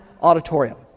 Auditorium